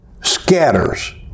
scatters